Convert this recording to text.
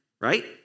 right